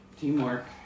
Teamwork